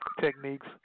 techniques